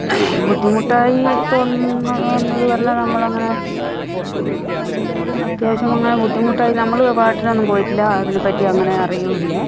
ബുദ്ധിമുട്ടായി തോന്നുന്ന എന്നത് പറഞ്ഞാൽ നമ്മളങ്ങനെ അത്യാവശ്യം അങ്ങനെ ബുദ്ധിമുട്ടായി നമ്മൾ പാട്ടിനൊന്നും പോയിട്ടില്ല അതിനെപ്പറ്റി അങ്ങനെ അറിയില്ല